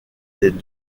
les